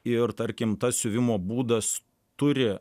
ir tarkim tas siuvimo būdas turi